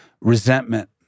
Resentment